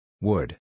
Wood